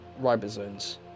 ribosomes